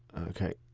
okay